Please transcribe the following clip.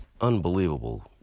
Unbelievable